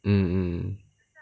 mm mm